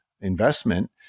investment